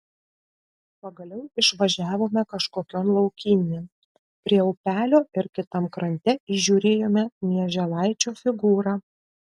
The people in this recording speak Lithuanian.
pagaliau išvažiavome kažkokion laukymėn prie upelio ir kitam krante įžiūrėjome mieželaičio figūrą